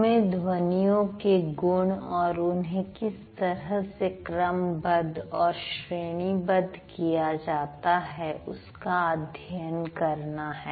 हमें ध्वनियों के गुण और उन्हें किस तरह से क्रमबद्ध और श्रेणीबद्ध किया जाता है उसका अध्ययन करना है